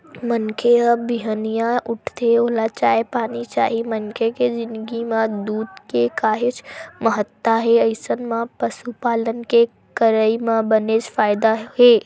मनखे ह बिहनिया उठथे ओला चाय पानी चाही मनखे के जिनगी म दूद के काहेच महत्ता हे अइसन म पसुपालन के करई म बनेच फायदा हे